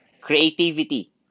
Creativity